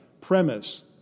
premise